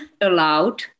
allowed